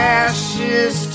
ashes